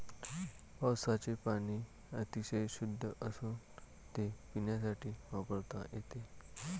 पावसाचे पाणी अतिशय शुद्ध असून ते पिण्यासाठी वापरता येते